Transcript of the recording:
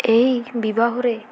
ଏହି ବିବାହରେ